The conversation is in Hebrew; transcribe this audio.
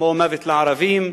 כמו "מוות לערבים"